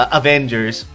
avengers